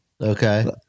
Okay